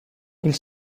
ils